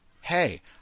hey